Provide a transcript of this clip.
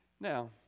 Now